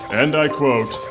and i quote,